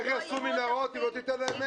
איך יעשו מנהרות אם לא תיתן להם מלט?